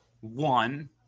one